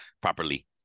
properly